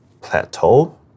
plateau